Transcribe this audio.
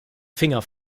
finger